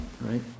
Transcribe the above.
right